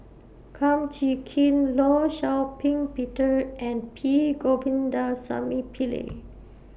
Kum Chee Kin law Shau Ping Peter and P Govindasamy Pillai